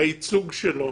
ושהייצוג שלו